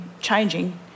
changing